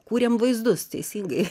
kūrėm vaizdus teisingai